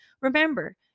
remember